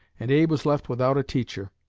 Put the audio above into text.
and abe was left without a teacher.